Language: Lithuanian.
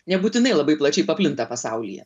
nebūtinai labai plačiai paplinta pasaulyje